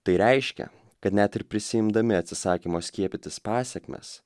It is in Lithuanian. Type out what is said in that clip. tai reiškia kad net ir prisiimdami atsisakymo skiepytis pasekmes